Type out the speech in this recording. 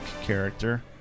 character